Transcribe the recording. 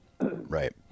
right